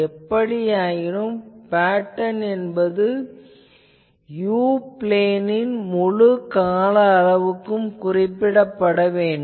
எப்படியாயினும் pattern என்பது u பிளேனின் முழு கால அளவுக்கும் குறிப்பிட வேண்டும்